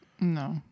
No